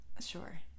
sure